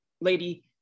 Lady